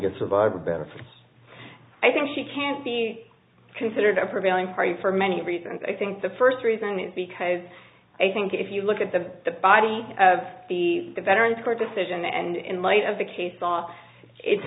gets survivor benefits i think she can be considered a prevailing party for many reasons i think the first reason is because i think if you look at the body of the veterans court decision and in light of the case saw it's